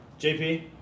JP